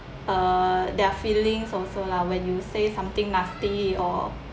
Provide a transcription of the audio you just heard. uh their feelings also lah when you say something nasty or